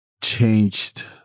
changed